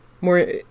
more